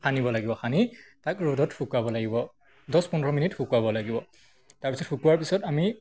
সানিব লাগিব সানি তাক ৰ'দত শুকুৱাব লাগিব দহ পোন্ধৰ মিনিট শুকুৱাব লাগিব তাৰপিছত শুকুওৱাৰ পিছত আমি